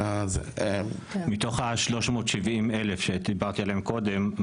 מתוך ה-370,000 שדיברתי עליהם קודם,